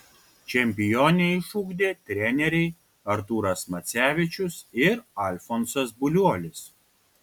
čempionę išugdė treneriai artūras macevičius ir alfonsas buliuolis